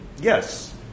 Yes